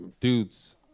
dudes